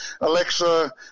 Alexa